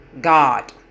God